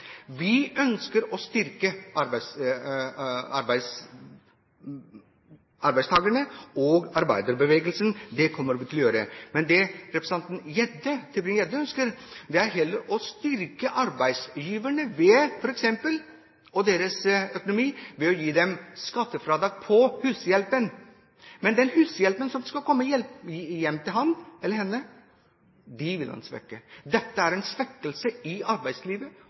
Vi ønsker å styrke arbeidstakerne og arbeiderbevegelsen, og det kommer vi til å gjøre. Men det representanten Tybring-Gjedde ønsker, er heller å styrke arbeidsgiverne og deres økonomi ved å gi dem skattefradrag for hushjelpen. Men den hushjelpen som skal komme hjem til han eller henne, vil han svekke. Dette er en svekkelse for arbeidslivet